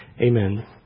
amen